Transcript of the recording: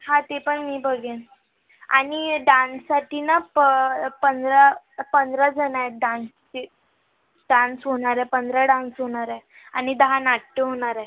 हा ते पण मी बघेन आणि डांससाठी ना प पंधरा पंधराजणं आहेत डांसचे डांस होणार आहे पंधरा डांस होणार आहे आणि दहा नाट्य होणार आहे